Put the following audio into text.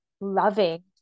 loving